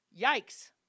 Yikes